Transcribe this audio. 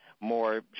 more